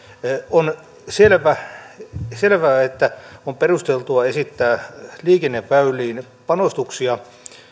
on selvää että on perusteltua esittää liikenneväyliin panostuksia